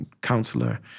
counselor